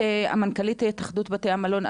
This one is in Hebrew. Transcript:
מנכ"לית התאחדות בתי המלון,